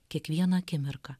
kiekvieną akimirką